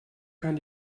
kann